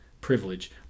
privilege